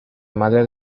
madre